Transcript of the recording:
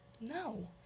no